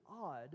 odd